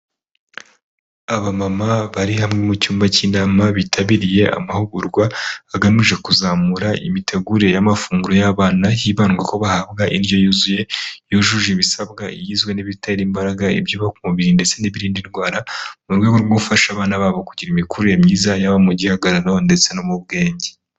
Abamama bari hamwe mu cyumba cy'inama bitabiriye amahugurwa agamije kuzamura imitegurire y'amafunguro y'abana hibandwa uko bahabwa indyo yuzuye yujuje ibisabwa . Igizwe n'ibitera imbaraga ibyubaka umubiri ndetse n'ibirinda indwara mu rwego rwo gufasha abana babo kugira imikurire myiza yaba mu gihagararo ndetse no mu bwenge.